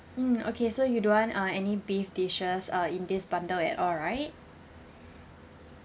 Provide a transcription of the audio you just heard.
mm okay so you don't want uh any beef dishes uh in this bundle at all right